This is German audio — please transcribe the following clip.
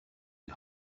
die